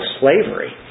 slavery